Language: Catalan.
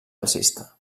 alcista